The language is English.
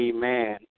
Amen